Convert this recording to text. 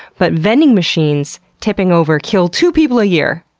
but vending machines tipping over kill two people a year!